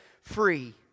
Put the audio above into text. free